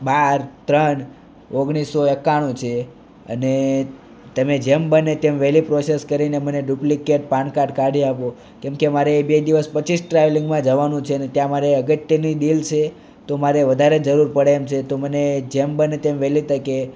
બાર ત્રણ ઓગણીસો એકાણું છે અને તમે જેમ બને તેમ વહેલી પ્રોસેસ કરીને મને ડુપ્લિકેટ પાન કાર્ડ કાઢી આપો કેમ કે મારે બે દિવસ પછી જ ટ્રાવેલિંગમાં જવાનું છે ને ત્યાં મારે અગત્યની ડીલ છે તો મારે વધારે જરૂર પડે એમ છે તો મને જેમ બને તેમ વહેલી તકે